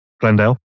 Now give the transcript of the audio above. Glendale